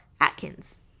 Atkins